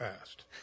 asked